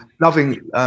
Loving